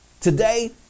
Today